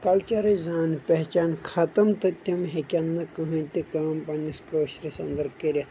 کلچرٕچ زان پہچان ختٕم تہٕ تِم ہٮ۪کٮ۪ن نہٕ کٕہٕنۍ تہِ کٲم پننس کٲشرس انٛدر کٔرتھ